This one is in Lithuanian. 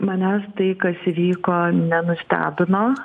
manęs tai kas įvyko nenustebino